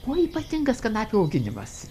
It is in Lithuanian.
kuo ypatingas kanapių auginimas